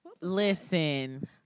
Listen